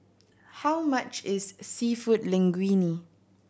how much is Seafood Linguine